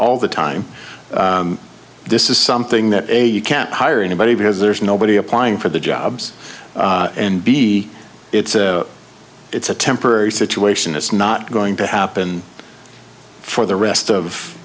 all the time this is something that a you can't hire anybody because there's nobody applying for the jobs and b it's a it's a temporary situation it's not going to happen for the rest of